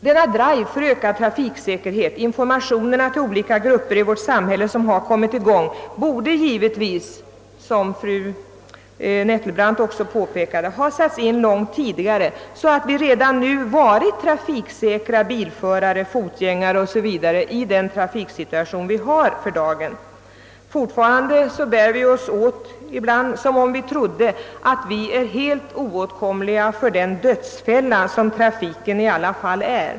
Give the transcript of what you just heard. Denna drive för ökad trafiksäkerhet — informationer till olika grupper i vårt samhälle — som nu har kommit i gång borde givetvis, som fru Nettelbrandt också påpekade, ha satts in långt tidigare, så att vi redan nu varit trafiksäkra bilförare, fotgängare o. s. V. i den trafiksituation vi har för dagen. Fortfarande bär vi oss ibland åt som om vi trodde att vi är helt oåtkomliga för den dödsfälla som trafiken i alla fall är.